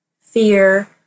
fear